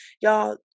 y'all